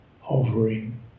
hovering